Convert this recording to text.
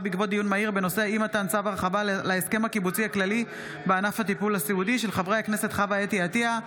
בעקבות דיון מהיר בהצעתם של חברי הכנסת חוה אתי עטיה,